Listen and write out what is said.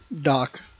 Doc